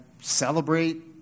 celebrate